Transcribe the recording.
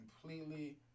completely